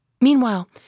Meanwhile